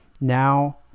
Now